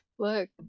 Look